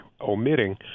omitting